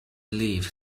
live